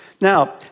Now